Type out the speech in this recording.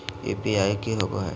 UPI की होवे है?